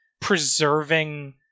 preserving